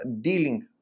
dealing